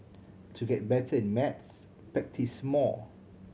to get better at maths practise more